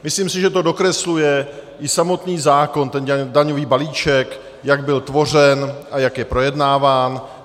Myslím si, že to dokresluje i samotný zákon, ten daňový balíček, jak byl tvořen a jak je projednáván.